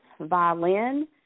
violin